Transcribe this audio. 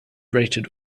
rated